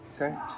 Okay